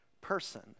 person